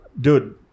Dude